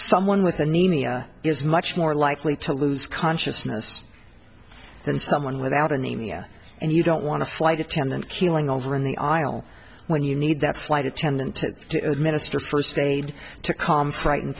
someone with a name is much more likely to lose consciousness than someone without anemia and you don't want to flight attendant keeling over in the aisle when you need that flight attendant to administer first aid to calm frightened